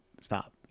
stop